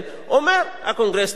אומר: הקונגרס טועה,